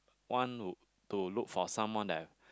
want to to look for someone that I